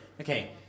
Okay